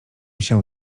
się